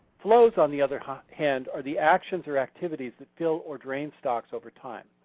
flows on the other hand are the actions or activities that fill or drain socks over time.